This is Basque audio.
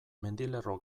mendilerro